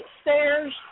stairs